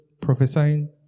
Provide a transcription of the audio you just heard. prophesying